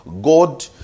God